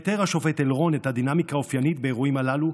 מתאר השופט אלרון את הדינמיקה האופיינית באירועים הללו,